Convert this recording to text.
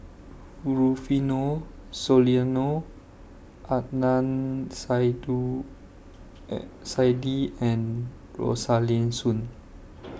Rufino Soliano Adnan Saidi and Rosaline Soon